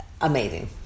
amazing